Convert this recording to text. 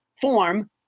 form